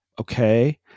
Okay